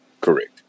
Correct